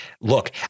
look